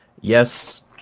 yes